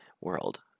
world